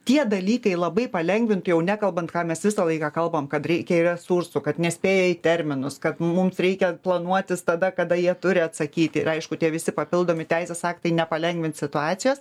tie dalykai labai palengvintų jau nekalbant ką mes visą laiką kalbam kad reikia resursų kad nespėjai terminus kad mums reikia planuotis tada kada jie turi atsakyti ir aišku tie visi papildomi teisės aktai nepalengvins situacijos